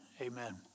Amen